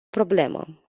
problemă